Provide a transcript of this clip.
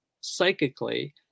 psychically